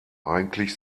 eigentlich